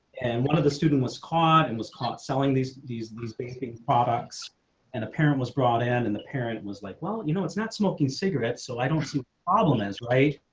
and one of the student was caught and was caught selling these these these banking products and apparent was brought in and the parent was like, well, you know, it's not smoking cigarettes. so i don't see a problem is right.